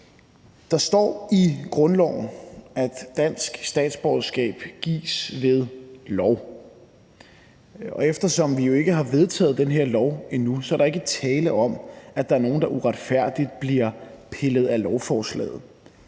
Der står i grundloven, at dansk statsborgerskab gives ved lov. Eftersom vi jo ikke har vedtaget den her lov endnu, er der ikke tale om, at der er nogle, der uretfærdigt bliver pillet af lovforslaget.